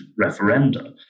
referenda